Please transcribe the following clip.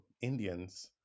Indians